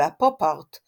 והפופ ארט,